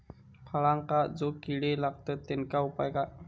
फळांका जो किडे लागतत तेनका उपाय काय?